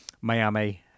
miami